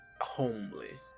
homely